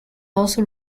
also